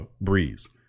Breeze